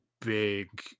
big